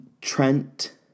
Trent